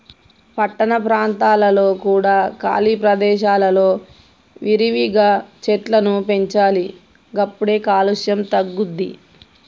పట్టణ ప్రాంతాలలో కూడా ఖాళీ ప్రదేశాలలో విరివిగా చెట్లను పెంచాలి గప్పుడే కాలుష్యం తగ్గుద్ది